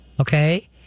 Okay